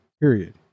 Period